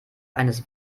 eines